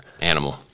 Animal